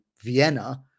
Vienna